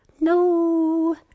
No